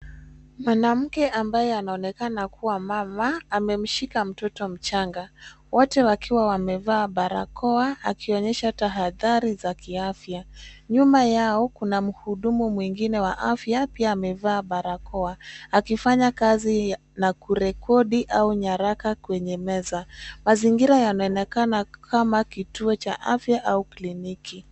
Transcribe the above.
Mwanamke ambaye anaonekana kuwa mama amemshika mtoto mchanga wote wakiwa wamevaa barakoa akionyesha tahadhari za kiafya. Nyuma yao kuna mhudumu mwingine wa afya pia amevaa barakoa akifanya kazi na kurekodi au nyaraka kwenye meza. Mazingira yanaonekana kama kituo cha afya au kliniki.